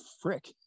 frick